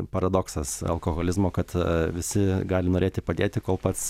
paradoksas alkoholizmo kad visi gali norėti padėti kol pats